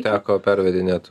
teko pervedinėti